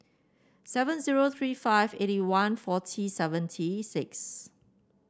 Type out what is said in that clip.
seven zero three five eighty one forty seventy six